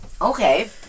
Okay